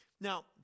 Now